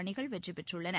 அணிகள் வெற்றி பெற்றுள்ளன